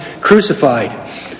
crucified